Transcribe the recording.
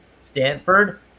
Stanford